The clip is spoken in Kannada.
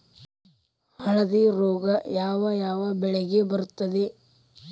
ಹಳದಿ ರೋಗ ಯಾವ ಯಾವ ಬೆಳೆಗೆ ಬರುತ್ತದೆ?